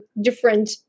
different